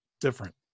different